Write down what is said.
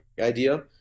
idea